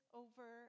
over